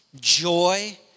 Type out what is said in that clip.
joy